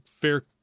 fair